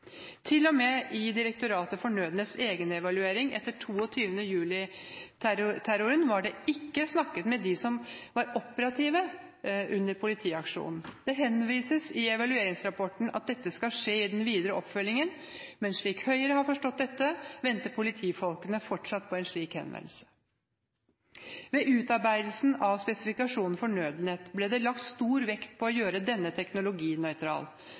i departementene. Til og med i Direktoratet for nødkommunikasjons egenevaluering etter 22. juli-terroren var det ikke snakket med dem som var operative under politiaksjonen. Det henvises i evalueringsrapporten til at dette skal skje i den videre oppfølgingen, men slik Høyre har forstått dette, venter politifolkene fortsatt på en slik henvendelse. Statsråden har sagt at ved utarbeidelsen av spesifikasjonen for nødnettet ble det lagt stor vekt på å gjøre denne teknologinøytral.